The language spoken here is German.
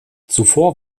zuvor